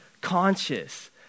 Conscious